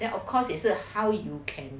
then of course it's how you can